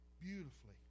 beautifully